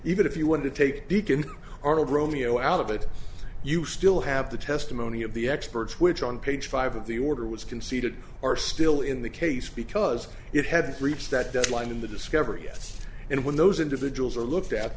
even if you want to take deacon arnold romeo out of it you still have the testimony of the experts which on page five of the order was conceded are still in the case because it had reached that deadline in the discovery yes and when those individuals are looked at